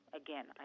again